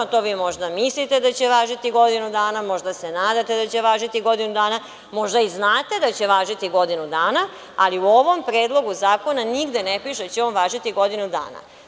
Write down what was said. To vi možda mislite da će važiti godinu dana, možda se nadate da će važiti godinu dana, možda i znate da će važiti godinu dana, ali u ovom Predlogu zakona nigde ne piše da će on važiti godinu dana.